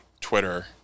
Twitter